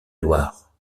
loire